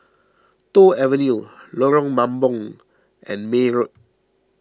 Toh Avenue Lorong Mambong and May Road